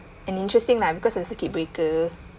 an interesting lah because of circuit breaker